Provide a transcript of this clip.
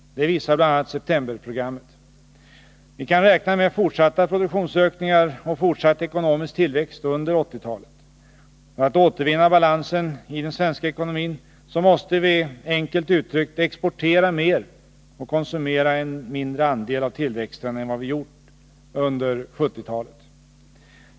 Det visar bl.a. septemberprogrammet. Vi kan räkna med fortsatta produktionsökningar och fortsatt ekonomisk tillväxt under 1980-talet. För att återvinna balansen i den svenska ekonomin måste vi, enkelt uttryckt, exportera mer och konsumera en mindre andel av tillväxten än vad vi gjort under 1970-talet.